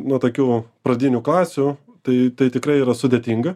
nuo tokių pradinių klasių tai tikrai yra sudėtinga